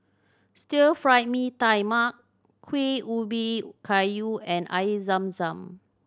Stir Fry Mee Tai Mak Kuih Ubi Kayu and Air Zam Zam